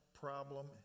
problem